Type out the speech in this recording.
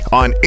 on